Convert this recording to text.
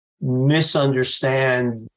misunderstand